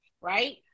right